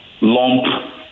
lump